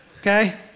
okay